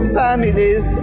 families